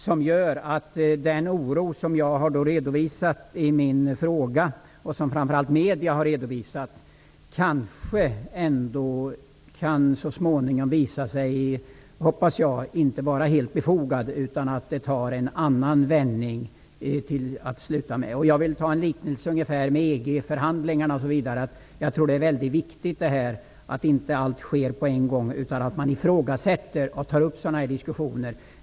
Det gör att den oro som jag har redovisat i min fråga och den oro som framför allt medierna har redovisat kanske så småningom kan visa sig -- hoppas jag -- inte vara helt befogad, utan affären kan ta en annan vändning. Jag vill likna detta vid EG-förhandlingarna. Jag tror att det är mycket viktigt att inte allt sker på en gång, utan att man ifrågasätter och tar upp sådana här diskussioner.